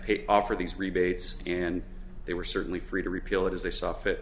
to offer these rebates and they were certainly free to repeal it as they saw fit